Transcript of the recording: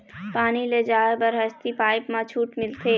पानी ले जाय बर हसती पाइप मा छूट मिलथे?